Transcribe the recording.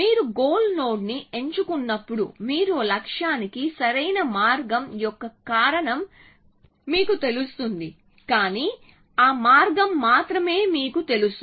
మీరు గోల్ నోడ్ని ఎంచుకున్నప్పుడు మీరు లక్ష్యానికి సరైన మార్గం యొక్క కారణం మీకు తెలుస్తుంది కానీ ఆ మార్గం మాత్రమే మీకు తెలుసు